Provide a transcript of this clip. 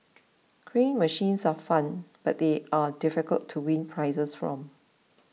crane machines are fun but they are difficult to win prizes from